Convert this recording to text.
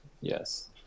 Yes